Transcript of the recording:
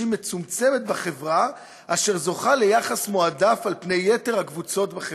מצומצמת בחברה אשר זוכה ליחס מועדף על פני יתר הקבוצות בחברה,